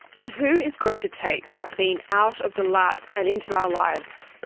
and who is going to take graphene out of the lab and into our lives?